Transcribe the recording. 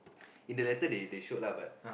in the letter they they showed lah